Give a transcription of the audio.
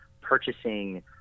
purchasing